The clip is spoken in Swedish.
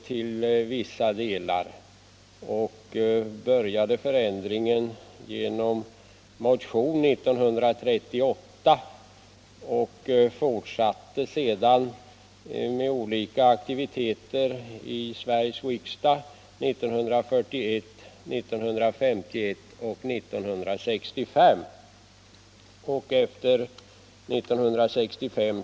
Övervägandena påbörjades i och med en motion 1938 och har sedan fortsatt i form av olika aktiviteter i Sveriges riksdag 1941, 1951 och 1965.